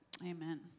Amen